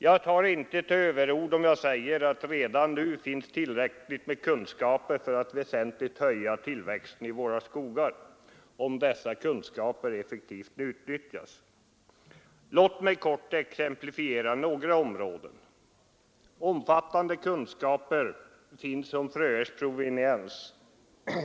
Jag tar inte till överord när jag säger att det redan nu finns tillräckligt med kunskaper för att väsentligt öka tillväxten i vi skogar, om dessa kunskaper effektivt utnyttjas. Låt mig i korthet ge några exempel. Ansenliga kunskaper finns om fröers proveniens.